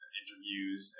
interviews